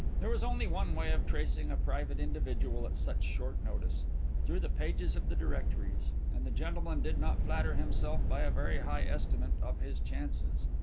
there was only one way of tracing a private individual at such short notice through the pages of the directories, and the gentleman did not flatter himself by a very high estimate of his chances.